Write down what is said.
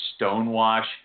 stonewash